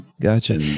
Gotcha